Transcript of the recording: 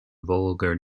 vulgar